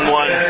one